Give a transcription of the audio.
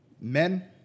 Men